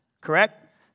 correct